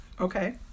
Okay